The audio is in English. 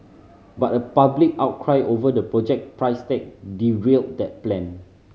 but a public outcry over the project price tag derailed that plan